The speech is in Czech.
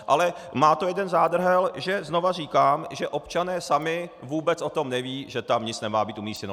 Ale má to jeden zádrhel, že znova říkám, že občané sami vůbec o tom nevědí, že tam nic nemá být umístěno.